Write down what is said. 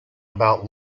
about